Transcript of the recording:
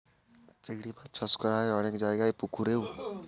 চিংড়ি মাছ চাষ করা হয় অনেক জায়গায় পুকুরেও